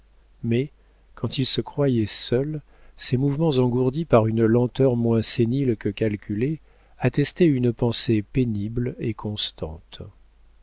mais quand il se croyait seul ses mouvements engourdis par une lenteur moins sénile que calculée attestaient une pensée pénible et constante